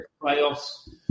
playoffs